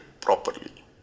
properly